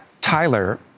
Tyler